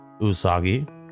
usagi